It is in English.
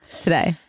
today